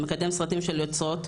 המקדם סרטים של יוצרות,